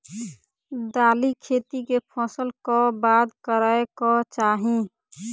दालि खेती केँ फसल कऽ बाद करै कऽ चाहि?